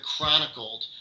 chronicled